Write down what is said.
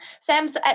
Sam's